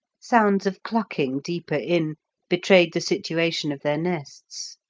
sounds of clucking deeper in betrayed the situation of their nests.